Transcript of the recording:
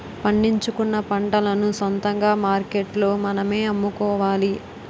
పండించుకున్న పంటలను సొంతంగా మార్కెట్లో మనమే అమ్ముకోవాలి